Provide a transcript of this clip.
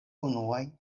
unuaj